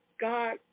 God